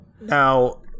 Now